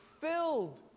filled